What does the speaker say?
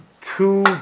two